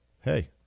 hey